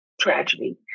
tragedy